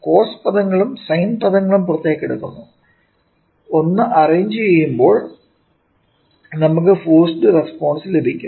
cos പദങ്ങളും sine പദങ്ങളും പുറത്തേക്കെടുത്തു ഒന്ന് അറേഞ്ച് ചെയ്യുമ്പോൾ നമുക്ക് ഫോർസ്ഡ് റെസ്പോൺസ് ലഭിക്കും